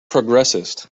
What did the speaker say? progressist